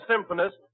symphonist